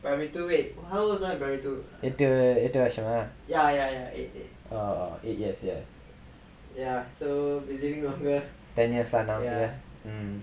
எட்டு எட்டு வருசமா:ettu ettu varusamaa oh eight years there ten years lah now